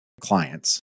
clients